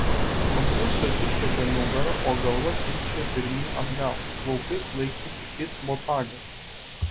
konvulsijos išrietė nugarą o galva timpčiojo pirmyn atgal plaukai plaikstėsi it botagas